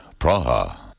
Praha